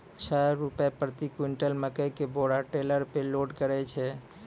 छह रु प्रति क्विंटल मकई के बोरा टेलर पे लोड करे छैय?